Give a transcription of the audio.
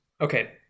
okay